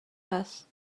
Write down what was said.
هست